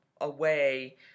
away